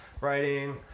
writing